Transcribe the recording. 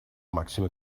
màxima